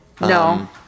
No